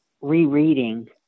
rereading